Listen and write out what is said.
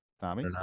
Tommy